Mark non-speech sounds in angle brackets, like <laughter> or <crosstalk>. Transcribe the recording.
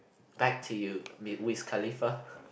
back to you <noise> Wiz-Khalifa